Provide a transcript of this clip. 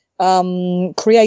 Create